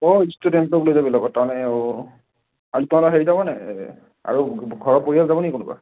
অঁ ষ্টুডেণ্টক লৈ যাবি লগত তাৰমানে অঁ আৰু আমাৰ হেৰি যাব নাই আৰু ঘৰৰ পৰিয়াল যাব নিকি কোনোবা